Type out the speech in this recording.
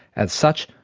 as such,